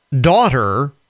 daughter